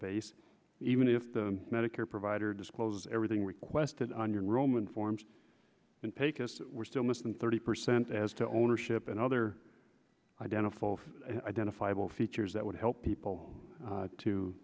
base even if the medicare provider disclose everything requested on your roman forms can take us we're still missing thirty percent as to ownership and other identify identifiable features that would help people to